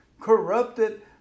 corrupted